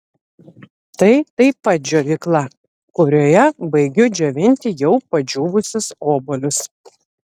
tai taip pat džiovykla kurioje baigiu džiovinti jau padžiūvusius obuolius